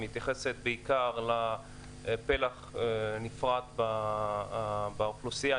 היא מתייחסת בעיקר לפלח נפרד באוכלוסייה,